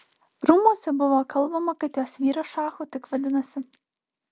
rūmuose buvo kalbama kad jos vyras šachu tik vadinasi